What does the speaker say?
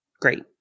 Great